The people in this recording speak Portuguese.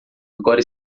agora